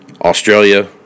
Australia